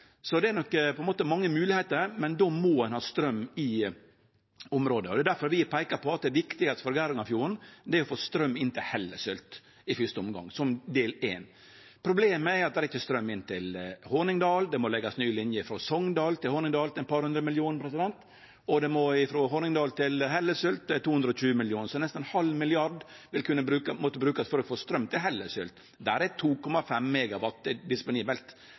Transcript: Så det er mange moglegheiter, men då må ein ha straum i området. Det er derfor vi har peika på at det viktige for Geirangerfjorden er å få straum inn til Hellesylt i fyrste omgang, som del éin. Problemet er at det ikkje er straum inn til Hornindal, det må leggjast ny linje frå Sogndal til Hornindal til eit par hundre millionar, og frå Hornindal til Hellesylt er det 220 mill. kr. Så nesten ein halv milliard vil kunne måtte brukast for å få straum til Hellesylt. Der er 2,5